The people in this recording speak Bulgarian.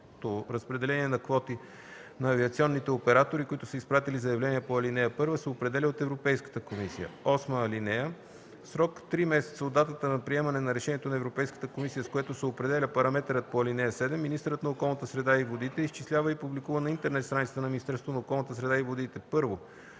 разпределение на квоти на авиационните оператори, които са изпратили заявления по ал. 1, се определя от Европейската комисия. (8) В срок три месеца от датата на приемане на решението на Европейската комисия, с което се определя параметърът по ал. 7, министърът на околната среда и водите изчислява и публикува на интернет страницата на Министерството на околната среда и водите: 1.